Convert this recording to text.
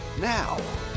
now